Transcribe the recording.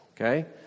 okay